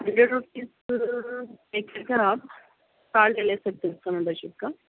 hundred rupees دے کر کے آپ کارڈ بھی لے سکتے اس کا ممبر شپ کا